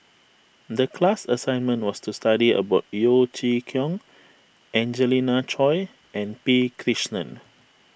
the class assignment was to study about Yeo Chee Kiong Angelina Choy and P Krishnan